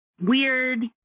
weird